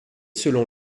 selon